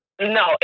No